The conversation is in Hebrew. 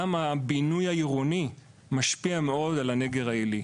גם הבינוי העירוני משפיע מאוד על הנגר העילי.